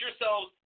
yourselves